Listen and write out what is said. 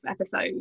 episode